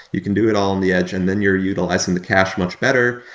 you can do it all on the edge and then you're utilizing the cache much better,